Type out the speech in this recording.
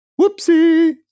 whoopsie